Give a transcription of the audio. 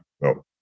No